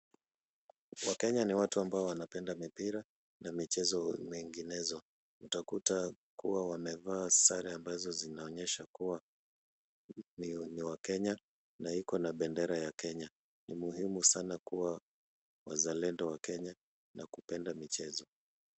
Wakenya ni watu ambao wanapenda mipira na michezo menginezo, utakuta kuwa wamevaa sare ambazo zinaonyesha kuwa ni wakenya na iko na bendera ya Kenya, ni muhimu sana kuwa wazalendo wa Kenya na kupenda michezo.